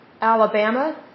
Alabama